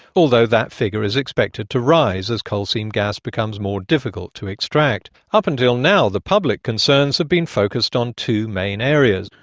although that figure is expected to rise as coal seam gas becomes more difficult to extract. up until now the public concerns have been focused on two main areas.